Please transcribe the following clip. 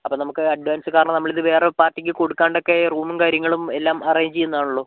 അപ്പോൾ നമുക്ക് അഡ്വാൻസ് കാരണം നമ്മൾ ഇത് വേറൊരു പാർട്ടിക്ക് കൊടുക്കാണ്ടൊക്കെ റൂമും കാര്യങ്ങളും എല്ലാം അറേഞ്ച് ചെയ്യുന്നതാണല്ലോ